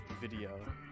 video